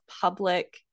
public